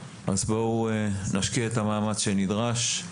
אז בואו נשקיע את המאמץ שנדרש.